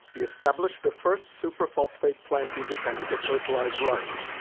he established the first superphosphate plant in japan to fertilize rice,